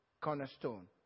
cornerstone